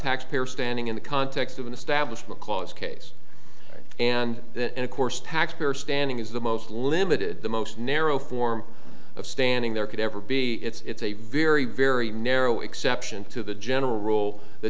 taxpayer standing in the context of an establishment clause case and that of course taxpayer standing is the most limited the most narrow form of standing there could ever be it's a very very narrow exception to the general rule the